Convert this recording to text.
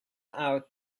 out